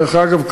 דרך אגב,